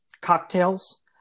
cocktails